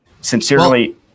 sincerely